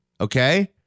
Okay